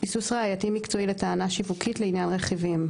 ביסוס ראייתי מקצועי לטענה שיווקית לעניין רכיבים.